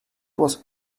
was